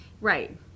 Right